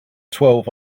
twelve